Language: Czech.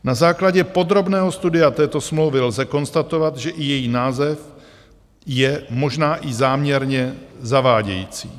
Na základě podrobného studia této smlouvy lze konstatovat, že i její název je možná i záměrně zavádějící.